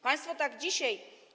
Państwo tak dzisiaj.